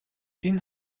энэ